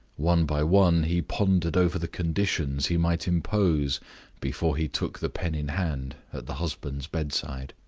one by one he pondered over the conditions he might impose before he took the pen in hand at the husband's bedside.